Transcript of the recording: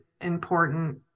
important